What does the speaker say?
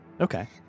Okay